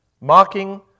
mocking